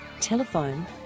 Telephone